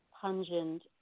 pungent